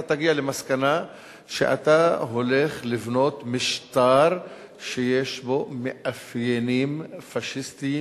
אתה תגיע למסקנה שאתה הולך לבנות משטר שיש בו מאפיינים פאשיסטיים,